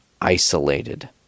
Isolated